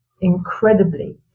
incredibly